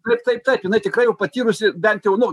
lygtai taip jinai tikrai jau patyrusi bent jau nu